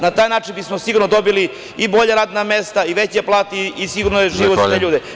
Na taj način bismo sigurno dobili i bolja radna mesta i veće plate i siguran život za ljude.